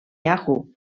yahoo